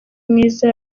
mwiza